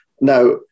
Now